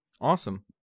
awesome